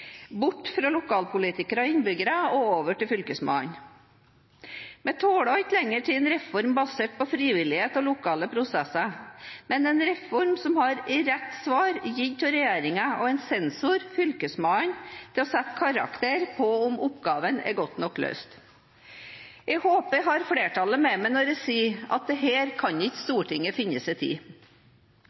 bort fra lokalpolitikerne og innbyggerne og over til Fylkesmannen. Vi snakker ikke lenger om en reform basert på frivillighet og lokale prosesser, men om en reform som har ett rett svar gitt av regjeringen og en sensor, Fylkesmannen, til å sette karakter på om oppgavene er godt nok løst. Jeg håper jeg har flertallet med meg når jeg sier at dette kan ikke Stortinget finne seg i.